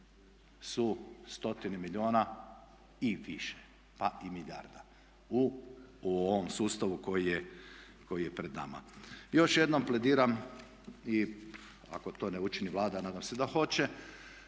su stotine milijuna i više, pa i milijarda u ovom sustavu koji je pred nama. I još jednom plediram i ako to ne učini Vlada a nadam se da hoće,